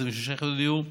26 יחידות דיור,